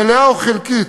מלאה או חלקית,